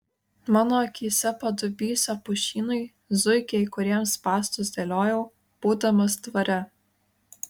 mano akyse padubysio pušynai zuikiai kuriems spąstus dėliojau būdamas dvare